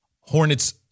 Hornets